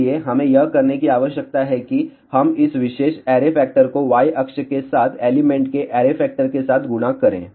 इसलिए हमें यह करने की आवश्यकता है कि हम इस विशेष ऐरे फैक्टर को y अक्ष के साथ एलिमेंट के ऐरे फैक्टर के साथ गुणा करें